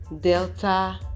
Delta